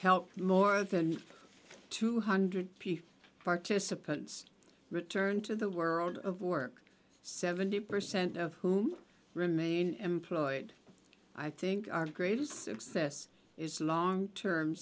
helped more than two hundred participants return to the world of work seventy percent of whom remain employed i think our greatest success is long term